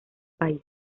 país